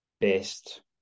based